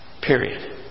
Period